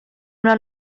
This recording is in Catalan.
una